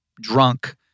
drunk